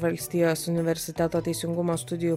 valstijos universiteto teisingumo studijų